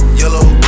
yellow